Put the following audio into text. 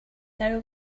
now